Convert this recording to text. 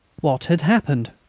what had happened?